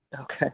Okay